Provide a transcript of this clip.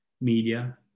Media